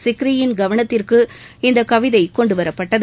சிக்ரியின் கவனத்திற்கு இந்த கவிதை கொண்டு வரப்பட்டது